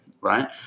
Right